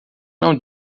não